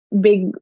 big